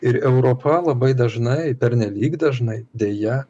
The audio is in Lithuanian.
ir europa labai dažnai pernelyg dažnai deja